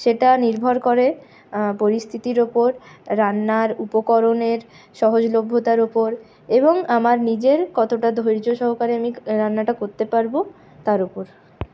সেটা নির্ভর করে পরিস্থিতির উপর রান্নার উপকরণের সহজলভ্যতার উপর এবং আমার নিজের কতটা ধৈর্য্য সহকারে আমি রান্নাটা করতে পারব তার উপর